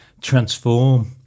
transform